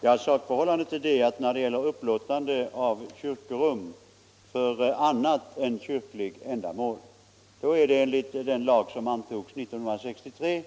Fru talman! Sakförhållandet är det att vid upplåtande av kyrkorum för andra än kyrkliga ändamål beslutar kyrkorådet enligt den lag som antogs 1963.